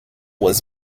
was